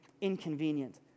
inconvenient